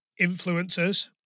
influencers